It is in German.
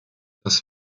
dass